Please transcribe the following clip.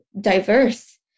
diverse